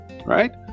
Right